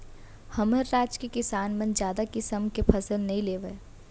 हमर राज के किसान मन जादा किसम के फसल नइ लेवय